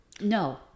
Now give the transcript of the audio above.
No